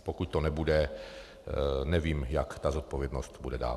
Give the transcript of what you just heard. Pokud to nebude, nevím, jak ta zodpovědnost bude dál.